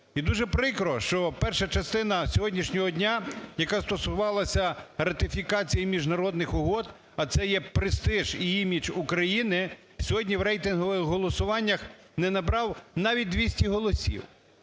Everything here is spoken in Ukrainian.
І дуже прикро, що перша частина сьогоднішнього дня, яка стосувалася ратифікації міжнародних угод, а це є престиж і імідж України, сьогодні в рейтингових голосуваннях не набрали навіть 200 голосів.